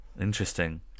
Interesting